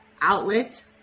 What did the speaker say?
outlet